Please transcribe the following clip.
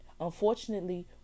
Unfortunately